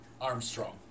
Armstrong